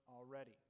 already